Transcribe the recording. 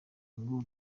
ngo